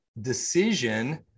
decision